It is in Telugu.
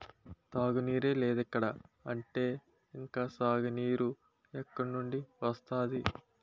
తాగునీరే లేదిక్కడ అంటే ఇంక సాగునీరు ఎక్కడినుండి వస్తది?